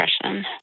depression